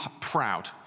proud